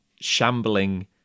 shambling